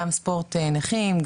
גם ספורט נכים,